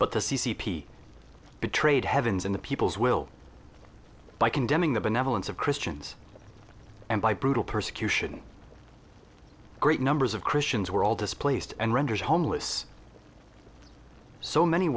but the c c p betrayed heavens and the people's will by condemning the benevolence of christians and by brutal persecution great numbers of christians were all displaced and rendered homeless so many